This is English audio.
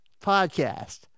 podcast